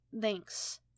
Thanks